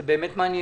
זה באמת מעניין.